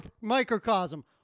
microcosm